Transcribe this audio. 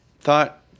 thought